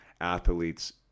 athletes